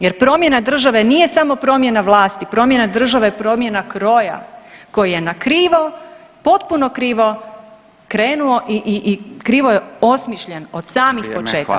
Jer promjena države nije samo promjena vlasti, promjena države je promjena kroja koju je na krivo, potpuno krivo krenuo i krivo je osmišljen od samih početaka